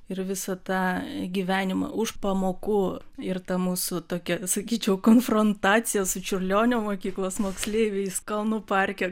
ir visą tą gyvenimą už pamokų ir ta mūsų tokia sakyčiau konfrontacija su čiurlionio mokyklos moksleiviais kalnų parke